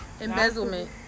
Embezzlement